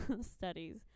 studies